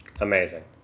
Amazing